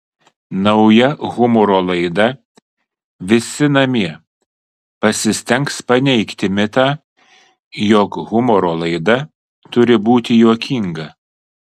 nauja humoro laida visi namie pasistengs paneigti mitą jog humoro laida turi būti juokinga